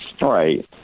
right